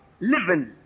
living